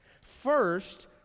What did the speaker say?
First